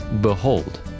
Behold